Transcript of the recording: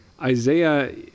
Isaiah